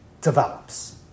develops